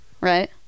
right